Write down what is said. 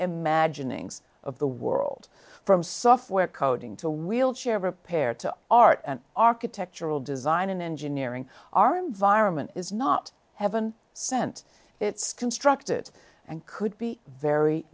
imaginings of the world from software coding to wheelchair repair to art and architectural design and engineering our environment is not heaven sent it's constructed and could be very